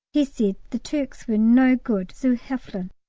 he said the turks were no good zu helfen,